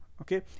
Okay